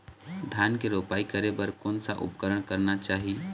धान के रोपाई करे बर कोन सा उपकरण करना चाही?